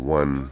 one